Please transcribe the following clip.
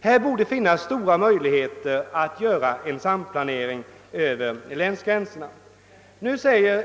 Det borde där finnas stora möjligheter till en samplanering över länsgränserna.